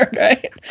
right